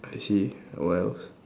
I see wells